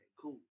cool